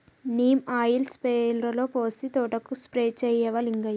neem oil స్ప్రేయర్లో పోసి తోటకు స్ప్రే చేయవా లింగయ్య